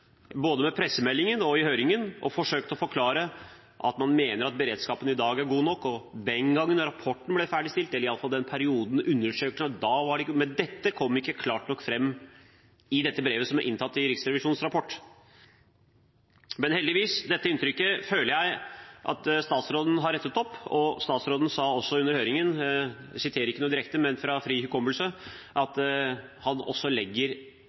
både med pressemeldingen og i høringen, og forsøkt å forklare at man mener at beredskapen i dag er god nok, og at den gangen rapporten ble ferdigstilt, eller iallfall i den perioden som ble undersøkt, var den ikke det, men dette kom ikke klart nok fram i brevet som er inntatt i Riksrevisjonens rapport. Dette inntrykket føler jeg at statsråden heldigvis har rettet opp. Statsråden sa også under høringen at han legger